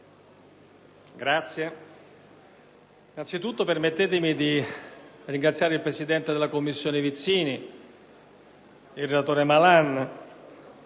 innanzitutto permettetemi di ringraziare il presidente della Commissione Vizzini, il relatore Malan